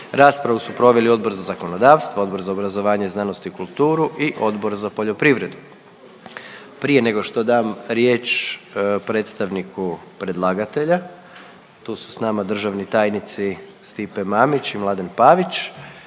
Raspravu su proveli Odbor za zakonodavstvo, Odbor za obrazovanje, znanost i kulturu i Odbor za poljoprivredu. Prije nego što dam riječ predstavniku predlagatelja, tu su s nama državni tajnici Stipe Mamić i Mladen Pavić.